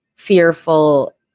fearful